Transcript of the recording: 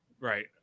Right